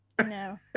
No